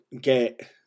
get